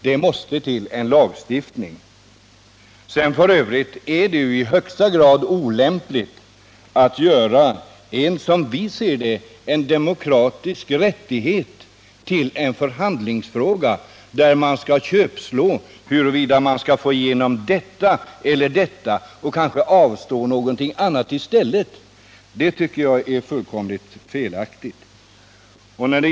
Det måste till en lagstiftning. F. ö. är det i högsta grad olämpligt att man gör en, som vi ser det, demokratisk rättighet till en förhandlingsfråga, där det skall köpslås huruvida man skall få igenom det eller det och kanske i stället avstå från någonting annat. Det tycker jag är fullkomligt felaktigt.